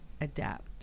adapt